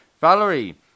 Valerie